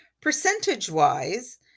percentage-wise